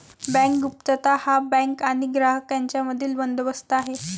bank गुप्तता हा bank आणि ग्राहक यांच्यातील बंदोबस्त आहे